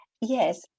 Yes